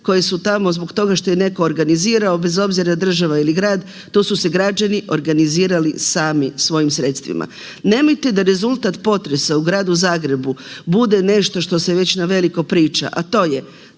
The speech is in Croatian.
koje su tamo zbog toga što je netko organizirao, bez obzira, država ili grad, to su se građani organizirali sami svojim sredstvima. Nemojte da rezultat potresa u gradu Zagrebu bude nešto što se već naveliko priča, a to je,